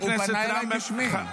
הוא פנה אליי בשמי.